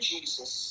Jesus